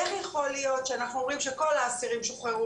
איך יכול להיות שאנחנו אומרים שכל האסירים שוחררו